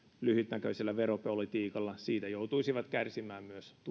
lyhytnäköisellä veropolitiikalla siitä joutuisivat kärsimään myös